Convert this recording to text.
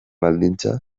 baldintza